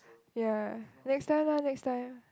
ya next time lah next time